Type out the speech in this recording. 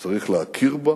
צריך להכיר בו,